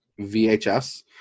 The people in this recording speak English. VHS